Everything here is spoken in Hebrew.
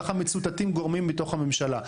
ככה מצוטטים גורמים מתוך הממשלה.